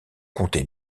comté